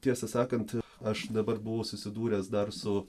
tiesą sakant aš dabar buvau susidūręs dar su